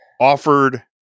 offered